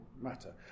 matter